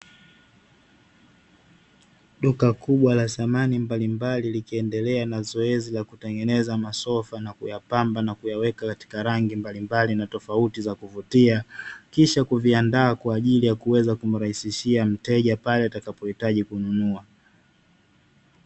Duka kubwa la samani mbalimbali, likiendelea na zoezi la kutengeneza masofa na kuyapamba na kuyaweka katika rangi mbalimbali na tofauti za kuvutia, kisha kuviandaa kwa ajili ya kuweza kumrahisishia mteja pale atakapohitaji kununua.